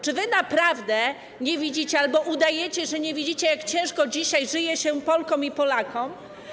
Czy wy naprawdę nie widzicie albo udajecie, że nie widzicie, jak ciężko dzisiaj żyje się Polkom i Polakom?